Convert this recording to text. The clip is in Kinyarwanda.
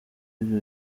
ibyo